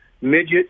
Midget